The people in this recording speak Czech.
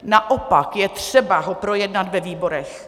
Naopak je třeba ho projednat ve výborech.